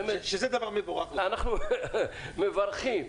ואנחנו מברכים,